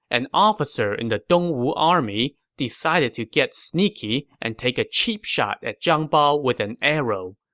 an officer in the dongwu army decided to get sneaky and take a cheap shot at zhang bao with an arrow.